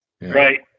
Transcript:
Right